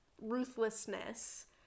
ruthlessness